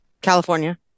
California